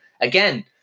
Again